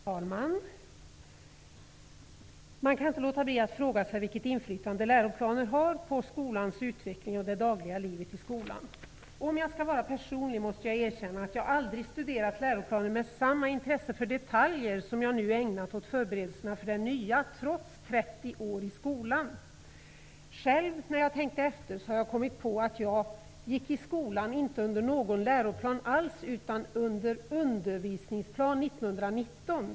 Herr talman! Man kan inte låta bli att fråga sig vilket inflytande läroplanen har på skolans utveckling och på det dagliga livet i skolan. Om jag skall vara personlig måste jag erkänna att jag aldrig studerat läroplanen med samma intresse för detaljer som jag nu ägnat åt förberedelserna för den nya -- detta trots 30 år i skolan. Jag har kommit på att när jag själv gick i skolan fanns det inte någon läroplan alls, utan vi hade Undervisningsplan 1919.